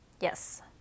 Yes